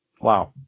Wow